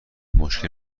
مشکل